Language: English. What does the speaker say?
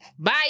Bye